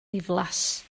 ddiflas